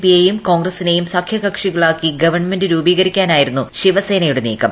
P യെയും കോൺഗ്രസിനെയും സഖ്യകക്ഷികളാക്കി ഗവൺമെന്റ് രൂപീകരിക്കാനായിരുന്നു ശിവസേനയുടെ നീക്കം